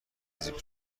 زیپ